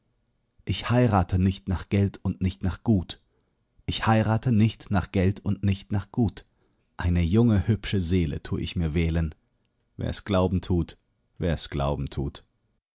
ich heirate nicht nach geld und nicht nach gut ich heirate nicht nach geld und nicht nach gut eine junge hübsche seele tu ich mir wählen wer's glauben tut wer's glauben tut